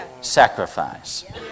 Sacrifice